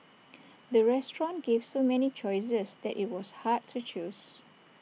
the restaurant gave so many choices that IT was hard to choose